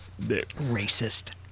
Racist